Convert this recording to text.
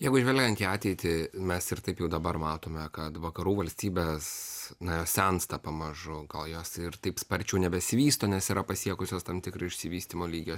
jeigu žvelgiant į ateitį mes ir taip jau dabar matome kad vakarų valstybės na sensta pamažu gal jos ir taip sparčiau nebesivysto nes yra pasiekusios tam tikrą išsivystymo lygį